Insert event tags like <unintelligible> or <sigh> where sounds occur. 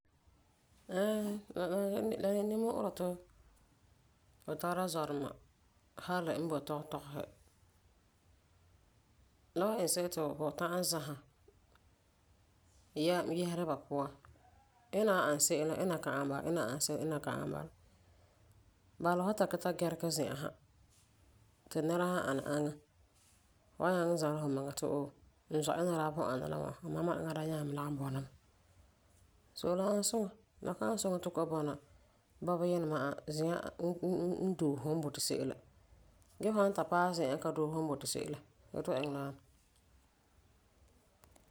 Ɛɛ <unintelligible> la de nimmu'urɛ ti fu tara zɔduma hali n boi tɔgetɔgesi la wan iŋɛ se'em ti fu ta'am zamesɛ yɛm yese ba puan. Ina n ani se'em la, ina ka ani bala ina n ani se'em la ina ka ani bala. Bala fu san ta kiŋɛ ta gɛregɛ zi'an sa ti nɛra san ana aŋa, fu wan zala fumiŋa ti oh, n zɔ ina daa pugum ana la ŋwana amaa mam la eŋa daa nyaŋɛ lagum bɔna mɛ. So la ani suŋa. La ka ani suŋa ti fu kɔ'ɔm bɔna bɔbɔyinɛ ma'a zi'an n n doose fum n boti se'em la. Gee fu san ta paɛ zi'an n ka doose fum n boti se'em la, fu yeti fu iŋɛ la ŋwani.